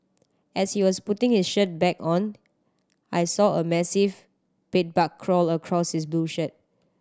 as he was putting his shirt back on I saw a massive bed bug crawl across his blue shirt